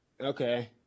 Okay